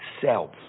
self